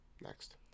Next